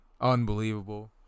Unbelievable